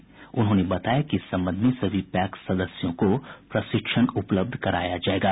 श्री मीणा ने बताया कि इस संबंध में सभी पैक्स सदस्यों को प्रशिक्षण उपलब्ध कराया जायेगा